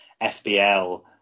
FBL